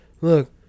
Look